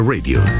Radio